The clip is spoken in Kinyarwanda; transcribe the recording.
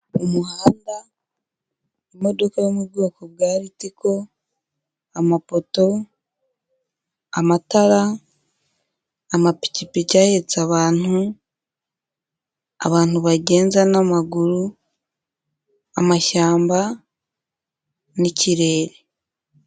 Umuhanda, imodoka yo mu bwoko bwa Ritico, amapoto, amatara, amapikipiki ahetse abantu, abantu bagenza n'amaguru, amashyamba n'ikirere.